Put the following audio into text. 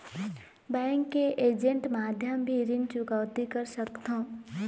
Bank के agent माध्यम भी ऋण चुकौती कर सकथों?